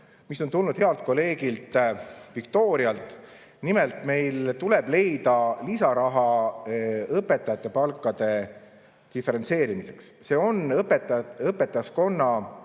mis on tulnud healt kolleegilt Viktorialt. Nimelt, meil tuleb leida lisaraha õpetajate palkade diferentseerimiseks. See on õpetajate,